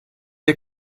der